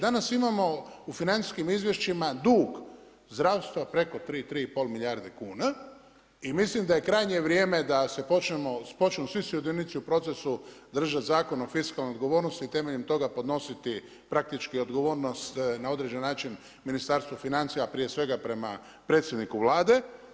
Danas imamo u financijskim izvješćima dug zdravstva preko 3 3,5 milijardi kuna i mislim da je krajnje vrijeme da se počnu svi sudionici u procesu držati Zakon o fiskalnoj odgovornosti i temeljem toga podnositi praktički odgovornost na određen način Ministarstvu financija, prije svega prema predsjedniku Vlade.